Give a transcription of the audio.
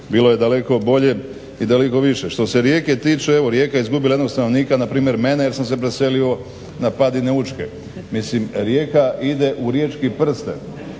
Bilo je daleko bolje i daleko više. Što se Rijeke tiče evo Rijeka je izgubila jednog stanovnika na primjer mene jer sam se preselio na padine Učke. Mislim Rijeka ide u riječki prsten,